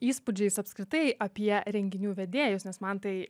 įspūdžiais apskritai apie renginių vedėjus nes man tai